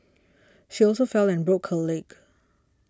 she also fell and broke her leg